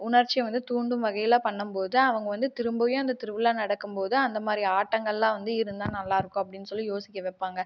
உணர்ச்சியை வந்து தூண்டும் வகையில் பண்ணும்போது அவங்க வந்து திரும்பவும் அந்த திருவிழா நடக்கும்போது அந்த மாதிரி ஆட்டங்கள்லாம் வந்து இருந்தால் நல்லாருக்கும் அப்படின் சொல்லி யோசிக்க வைப்பாங்கள்